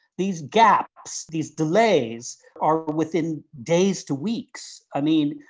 these gaps, these delays are within days to weeks. i mean,